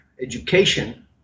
education